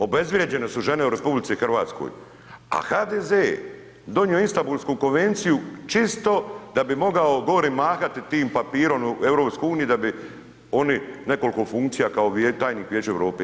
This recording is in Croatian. Obezvrijeđene su žene u RH, a HDZ je donio Istambulsku konvenciju čisto da bi mogao gori mahati tim papirom u EU da bi oni nekoliko funkcija kao tajnik Vijeća Europe.